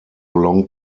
long